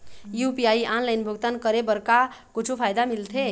UPI online भुगतान करे बर का कुछू फायदा मिलथे?